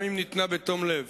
גם אם ניתנה בתום לב,